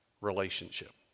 relationship